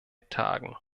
tagen